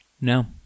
No